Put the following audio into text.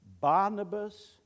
Barnabas